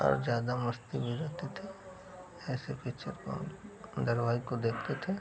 और ज़्यादा मस्ती भी रहती थी ऐसे पिच्चर को हम धरवाहिक को देखते थे